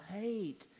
hate